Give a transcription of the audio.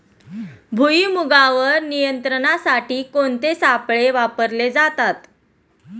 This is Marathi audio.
भुईमुगावर नियंत्रणासाठी कोणते सापळे वापरले जातात?